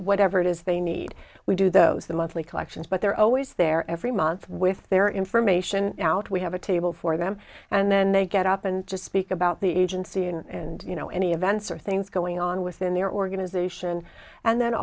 whatever it is they need we do those the monthly collections but they're always there every month with their information out we have a table for them and then they get up and just speak about the agency and you know any events or things going on within the organization and then